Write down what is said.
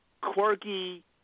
quirky